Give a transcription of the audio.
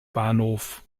bahnhof